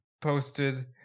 posted